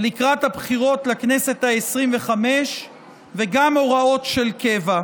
לקראת הבחירות לכנסת העשרים-וחמש וגם הוראות של קבע.